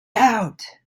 out